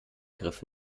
griff